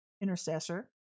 intercessor